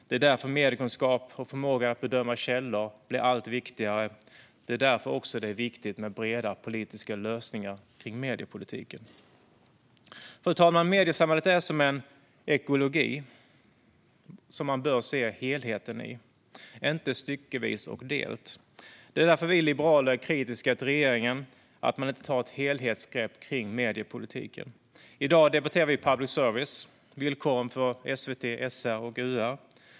Det är därför mediekunskap och förmåga att bedöma källor blir allt viktigare. Det är därför det också är viktigt med breda politiska lösningar kring mediepolitiken. Fru talman! Mediesamhället är som en ekologi som man bör se som en helhet, inte styckevis och delt. Det är därför vi liberaler är kritiska till att regeringen inte tar ett helhetsgrepp kring mediepolitiken. I dag debatterar vi public service, villkoren för SVT, SR och UR.